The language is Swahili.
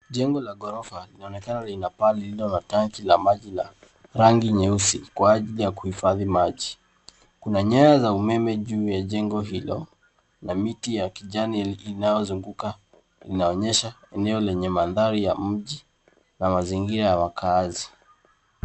Jengo la ghorofa linaonekana lina paa lililo la tanki la maji la rangi nyeusi kwa ajili ya kuhifadhi maji. Kuna nyaya za umeme juu ya jengo hilo na miti ya kijani inayozunguka inaonyesha eneo lenye mandhari ya mji na mazingira ya wakazi.